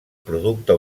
producte